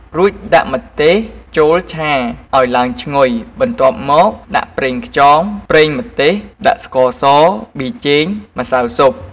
រួចដាក់ម្ទេសចូលឆាឱ្យឡើងឈ្ងុយបន្ទាប់មកដាក់ប្រេងខ្យងប្រេងម្ទេស ដាក់ស្ករស ប៊ីចេង ម្សៅស៊ុប